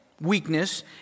weakness